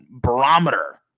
barometer